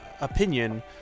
opinion